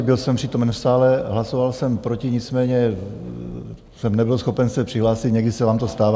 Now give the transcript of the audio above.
Byl jsem přítomen v sále, hlasoval jsem proti, nicméně jsem nebyl schopen se přihlásit, někdy se vám to stává.